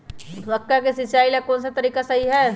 मक्का के सिचाई ला कौन सा तरीका सही है?